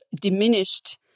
diminished